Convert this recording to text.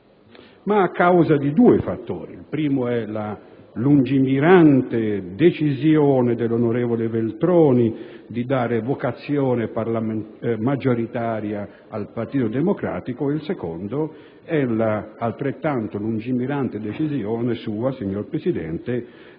ma a causa di due fattori. Il primo è la lungimirante decisione dell'onorevole Veltroni di dare vocazione maggioritaria al Partito Democratico e il secondo è l'altrettanto lungimirante decisione sua, signor Presidente,